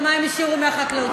ומה הם השאירו מהחקלאות,